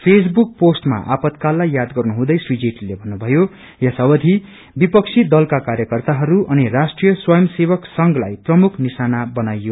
Facebook पोस्टमा आपातकाललाई याद गर्नु हुँदै श्री जेटलीले भन्नुभायो यस अवधि विपक्षी दल कार्यकर्ताहरू अनि राष्ट्रिय स्वंय सेक्क संघलाई प्रमुख निशाना बनाइयो